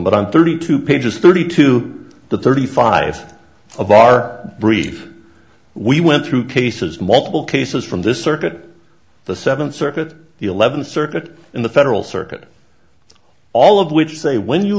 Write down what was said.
but i'm thirty two pages thirty two to thirty five of our brief we went through cases multiple cases from this circuit the seventh circuit the eleventh circuit in the federal circuit all of which say when you